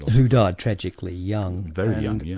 who died tragically young. very young, yes.